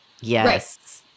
Yes